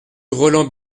roland